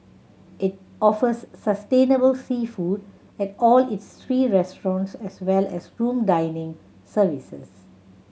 it offers sustainable seafood at all its three restaurants as well as room dining services